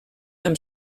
amb